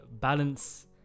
balance